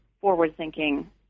forward-thinking